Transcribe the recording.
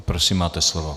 Prosím, máte slovo.